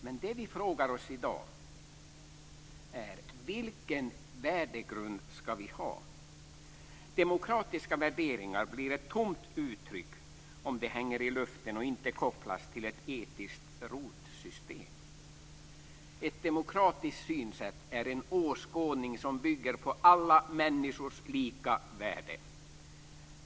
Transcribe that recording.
Men vi frågar oss i dag: Vilken värdegrund skall vi ha? Demokratiska värderingar blir ett tomt uttryck om de hänger i luften och inte kopplas till ett etiskt rotsystem. Ett demokratiskt synsätt är en åskådning som bygger på alla människors lika värde.